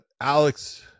Alex